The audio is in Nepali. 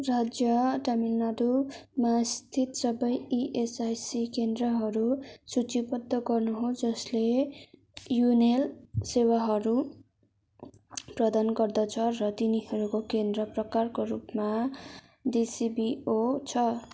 राज्य तामिलनाडूमा स्थित सबै इएसआइसी केन्द्रहरू सूचीबद्ध गर्नुहोस् जसले युनेल सेवाहरू प्रदान गर्दछ र तिनीहरूको केन्द्र प्रकारको रूपमा डिसिबिओ छ